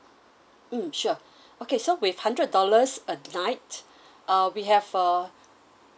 mm sure okay so with hundred dollars a night uh we have uh